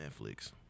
Netflix